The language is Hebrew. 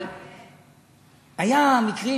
אבל היו מקרים,